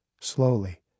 slowly